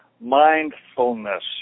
mindfulness